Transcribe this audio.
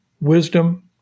wisdom